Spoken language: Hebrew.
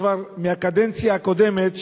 כבר מהקדנציה הקודמת,